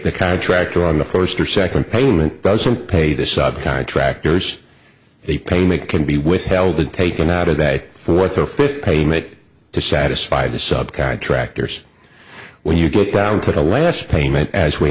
the contractor on the first or second payment doesn't pay the sub contractors they pay make can be withheld and taken out of that fourth or fifth payment to satisfy the sub contractors when you get down to the last payment as we